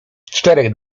czterech